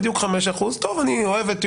בדיוק 5%. אני אוהב את יואב,